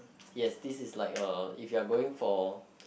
yes this is like a if you are going for